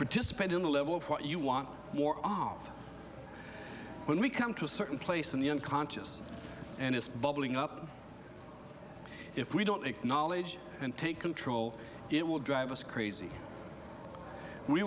participate in the level of what you want more often when we come to a certain place in the unconscious and it's bubbling up if we don't acknowledge and take control it will drive us crazy we